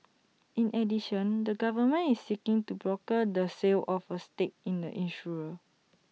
in addition the government is seeking to broker the sale of A stake in the insurer